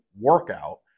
workout